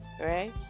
right